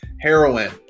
heroin